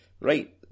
right